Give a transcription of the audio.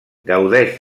gaudeix